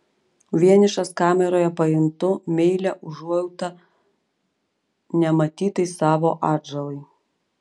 vienišas kameroje pajuntu meilią užuojautą nematytai savo atžalai